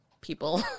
people